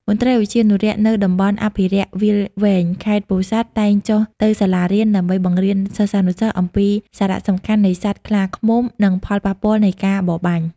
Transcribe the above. មន្ត្រីឧទ្យានុរក្សនៅ តំបន់អភិរក្សវាលវែង ខេត្តពោធិ៍សាត់ តែងចុះទៅសាលារៀនដើម្បីបង្រៀនសិស្សានុសិស្សអំពីសារៈសំខាន់នៃសត្វខ្លាឃ្មុំ និងផលប៉ះពាល់នៃការបរបាញ់។